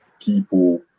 people